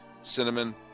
cinnamon